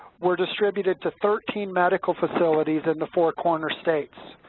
were distributed to thirteen medical facilities in the four corners states.